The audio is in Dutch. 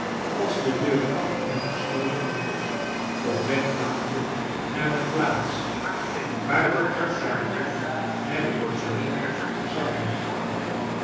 als de dcur achter hem gesloten werd op wcg waande naar de plaats waar dat tra ctaatje hem in galop zag